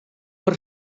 per